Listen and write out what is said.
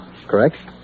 Correct